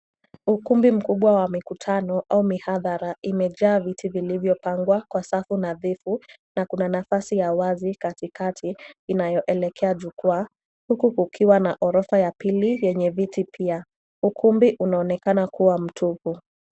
Ukumbi mkubwa wa mikutano au mihadhara imejaa viti vilivyopangwa kwa safu nadhifu na kuna nafasi ya wazi katikati inayoelekea jukwaa huku kukiwa na ghorofa ya pili yenye viti pia. Ukumbi unaonekana kuwa mtupu.